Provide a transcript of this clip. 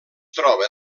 troba